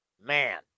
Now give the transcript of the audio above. man